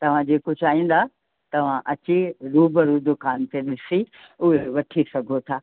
तव्हां जेको चाहींदा तव्हां अची रूबरू दुकान ते ॾिसी पोइ वठी सघो था